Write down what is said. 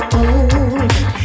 old